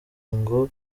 ngo